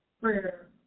prayer